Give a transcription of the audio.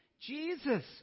Jesus